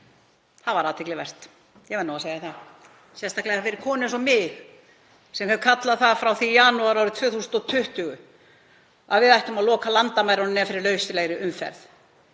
Það var athyglisvert, ég verð nú að segja það, sérstaklega fyrir konu eins og mig sem hef kallað eftir því frá því í janúar árið 2020 að við ættum að loka landamærunum fyrir ónauðsynlegri umferð,